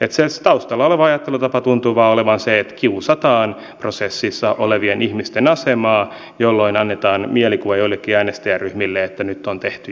se taustalla oleva ajattelutapa tuntuu vain olevan se että kiusataan prosessissa olevien ihmisten asemaa jolloin annetaan mielikuva joillekin äänestäjäryhmille että nyt on tehty jotain